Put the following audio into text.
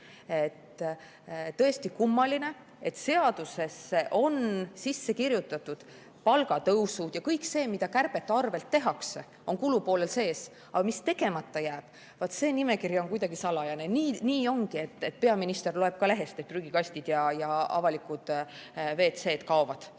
Tõesti kummaline, et seadusesse sisse kirjutatud palgatõusud ja kõik see, mida kärbete arvel tehakse, on kulupoolel sees. Aga mis tegemata jääb, vot see nimekiri on kuidagi salajane. Nii ongi, et peaminister loeb ka lehest, et prügikastid ja avalikud WC-d kaovad.